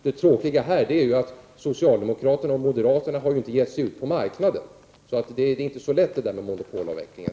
Det tråkiga är att socialdemokraterna och moderaterna inte har gett sig ut på marknaden. Det är alltså inte så lätt detta med monopolavvecklingen.